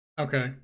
Okay